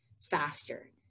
faster